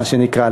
מה שנקרא,